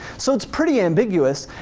so it's pretty ambiguous.